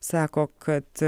sako kad